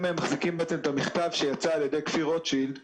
מחזיקים את המכתב שיצא על ידי כפיר רוטשילד,